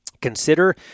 Consider